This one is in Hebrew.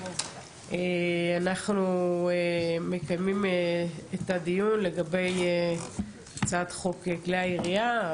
אנחנו מקיימים את הדיון לגבי הצעת חוק כלי הירייה,